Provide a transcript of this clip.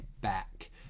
back